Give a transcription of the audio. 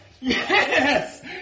yes